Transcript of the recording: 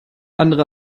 andere